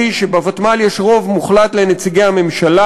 היא שבוותמ"ל יש רוב מוחלט לנציגי הממשלה.